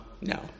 no